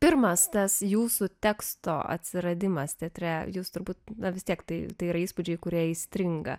pirmas tas jūsų teksto atsiradimas teatre jūs turbūt vis tiek tai tėra įspūdžiai kurie įstringa